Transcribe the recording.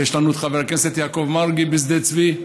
ויש לנו חבר הכנסת יעקב מרגי בשדה צבי,